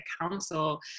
council